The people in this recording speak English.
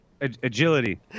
Agility